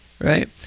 right